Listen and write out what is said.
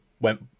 went